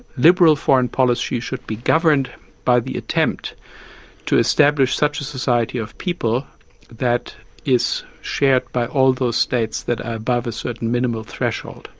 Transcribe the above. liberal foreign policy should be governed by the attempt to establish such a society of people that is shared by all those states that are above a certain minimal threshold.